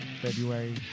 February